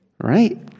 Right